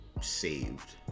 saved